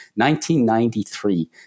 1993